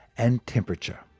and temperature.